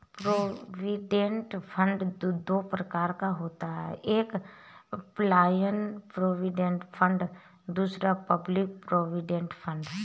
provident fund दो प्रकार का होता है एक एंप्लॉय प्रोविडेंट फंड दूसरा पब्लिक प्रोविडेंट फंड